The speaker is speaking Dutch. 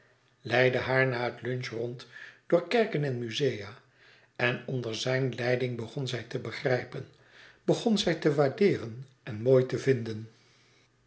leidde haar na het lunch rond door kerken en musea en onder zijne leiding begon zij te begrijpen begon zij te waardeeren en mooi te vinden